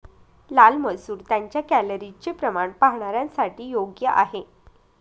लाल मसूर त्यांच्या कॅलरीजचे प्रमाण पाहणाऱ्यांसाठी योग्य आहे